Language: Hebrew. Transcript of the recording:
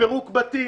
לפירוק בתים,